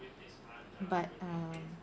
but um